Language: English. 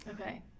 Okay